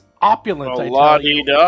opulent